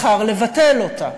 בחר לבטל אותה.